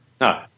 No